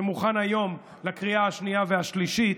שמוכן היום לקריאה השנייה והשלישית,